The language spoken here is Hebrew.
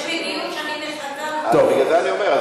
יש לי דיון שאני מחכה, בגלל זה אני אומר.